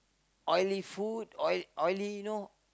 oily food oily oily you know